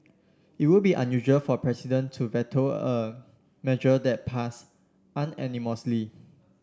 it would be unusual for a president to veto a measure that passed unanimously